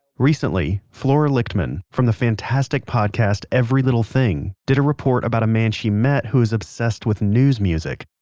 recently, flora lichtman from the fantastic podcast podcast every little thing did a report about a man she met who is obsessed with news music.